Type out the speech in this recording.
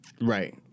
right